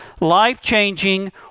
life-changing